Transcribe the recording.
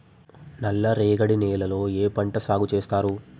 నల్లరేగడి నేలల్లో ఏ పంట సాగు చేస్తారు?